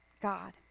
God